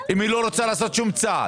אם היא לא רוצה לעשות שום צעד.